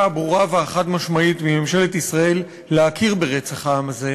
הברורה והחד-משמעית מממשלת ישראל להכיר ברצח העם הזה,